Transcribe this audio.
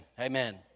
amen